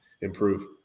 improve